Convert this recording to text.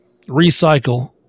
recycle